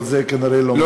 אבל זה כנראה לא מצליח.